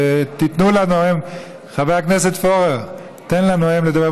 ותיתנו לנואם, חבר הכנסת פורר, תן לנואם לדבר.